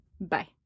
Bye